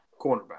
cornerback